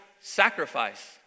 sacrifice